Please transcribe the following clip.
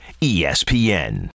ESPN